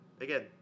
again